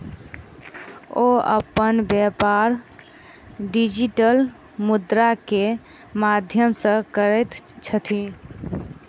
ओ अपन व्यापार डिजिटल मुद्रा के माध्यम सॅ करैत छथि